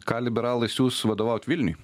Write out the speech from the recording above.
ką liberalai siųs vadovaut vilniui